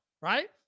right